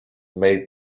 made